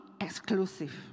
exclusive